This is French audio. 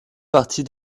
partie